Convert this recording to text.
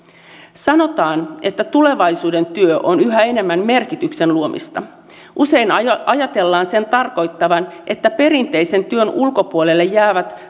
sanotaan että tulevaisuuden työ on yhä enemmän merkityksen luomista usein ajatellaan sen tarkoittavan että perinteisen työn ulkopuolelle jäävät